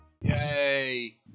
Yay